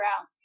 out